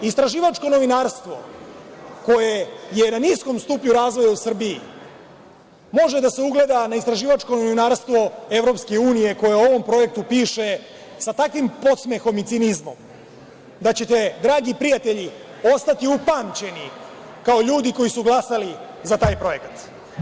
Istraživačko novinarstvo, koje je na niskom stupnju razvoja u Srbiji, može da se ugleda na istraživačko novinarstvo EU koja o ovom projektu piše sa takvim podsmehom i cinizmom da ćete, dragi prijatelji, ostati upamćeni kao ljudi koji su glasali za taj projekat.